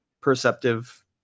perceptive